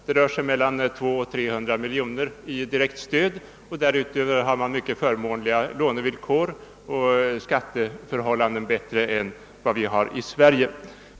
Det rör sig om mellan 200 och 300 miljoner kronor i direkt stöd, och därutöver har man mycket förmånliga lånevillkor och bättre skatteförhållanden än vad vi har här i Sverige.